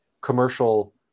commercial